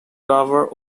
cover